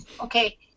okay